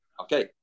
Okay